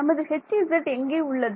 நமது Hz எங்கே உள்ளது